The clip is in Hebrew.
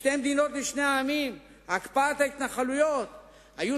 שתי מדינות לשני עמים והקפאת ההתנחלויות היו